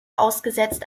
ausgesetzt